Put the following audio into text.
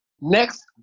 Next